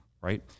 right